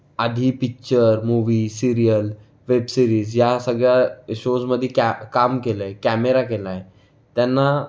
आधी picture movies serial web series ह्या सगळ्या शोजमध्ये क्या काम केलं आहे कॅमेरा केला आहे त्यांना